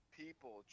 people